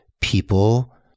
people